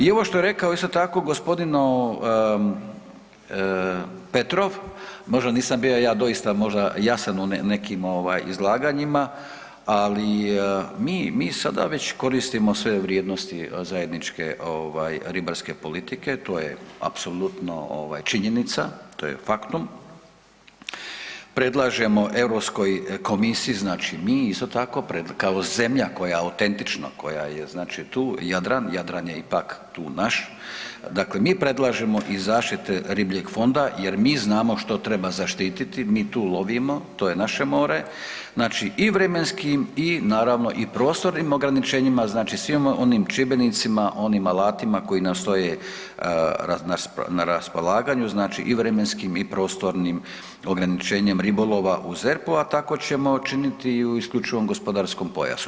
I ovo što je rekao, isto tako, g. Petrov, možda nisam bio ja doista možda jasan u nekim izlaganjima, ali mi, mi sada već koristimo sve vrijednosti zajedničke ribarske politike, to je apsolutno činjenica, to je faktum, predlažemo EU komisiji, znači mi, isto tako, kao zemlja koja autentično, koja je znači tu, Jadran, Jadran je ipak tu naš, dakle mi predlažemo i zaštite ribljeg fonda jer mi znamo što treba zaštititi, mi tu lovimo, to je naše more, znači i vremenskim i naravno, i prostornim ograničenjima, znači svim onim čimbenicima, onim alatima koji nam stoje na raspolaganju, znači i vremenskim i prostornim ograničenjem ribolova u ZERP-u, a tako ćemo činiti i u IGP-u.